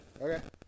Okay